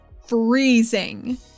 freezing